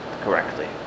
correctly